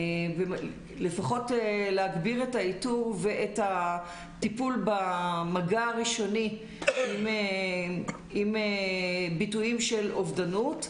לפחות להגביר את האיתור ואת הטיפול במגע הראשוני עם ביטויים של אובדנות,